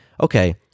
okay